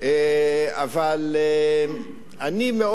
אבל אני מאוד,